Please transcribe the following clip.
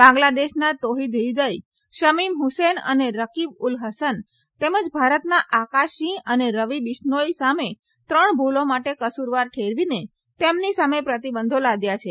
બાંગ્લાદેશના તોહીદ હ્રીદય શમીમ હુસેન અને રકીબ ઉલ હસન તેમજ ભારતના આકાશસિંહ અને રવિ બિશ્નોઇ સામે ત્રણ ભૂલો માટે કસુરવાર ઠેરવીને તેમની સામે પ્રતિબંધો લાદ્યા છે